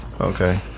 Okay